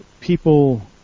People